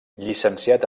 llicenciat